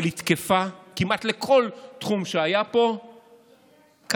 אבל היא תקפה כמעט לכל תחום שהיה פה: ככה.